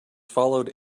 followed